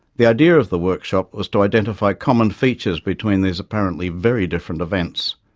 the idea of the workshop was to identify common features between these apparently very different events,